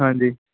ਹਾਂਜੀ